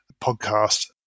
podcast